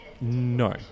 No